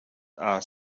are